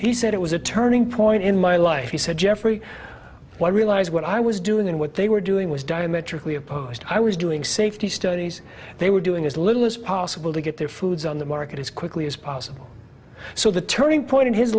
he said it was a turning point in my life he said jeffrey why realise what i was doing and what they were doing was diametrically opposed i was doing safety studies they were doing as little as possible to get their foods on the market as quickly as possible so the turning point in his